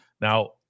Now